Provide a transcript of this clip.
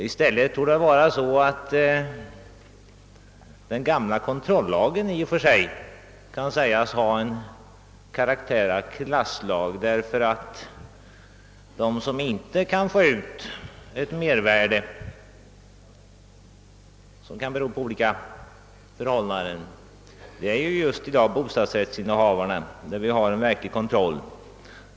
Det torde tvärtom vara så, att den gamla kontrollagen i och för sig kan sägas ha karaktär av klasslag: de som inte kan få ut något mervärde — ett sådant kan i och för sig bero på olika förhållanden är i dag just bostadsrättsinnehavarna. På det området finns det en verklig kontroll.